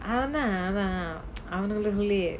ஆமா ஆமா இவனுங்களுக்கு உள்ளேயே:aamaa aamaa ivanungalukku ullayae